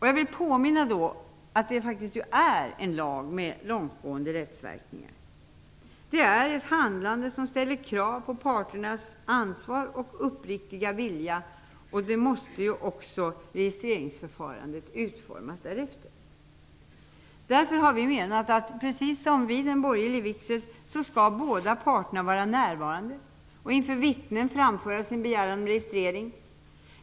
Jag vill påminna om att detta faktiskt är en lag med långtgående rättsverkningar. Den ställer krav på parternas ansvar och uppriktiga vilja. Registreringsförfarandet måste utformas därefter. Därför har vi menat att båda parterna skall vara närvarande, precis som vid en borgerlig vigsel. De skall inför vittne framföra sin begäran om registrering.